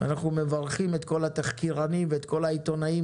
ואנחנו מברכים את כל התחקירנים ואת כל העיתונאים